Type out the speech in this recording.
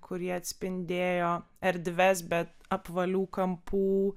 kurie atspindėjo erdves bet apvalių kampų